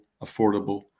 affordable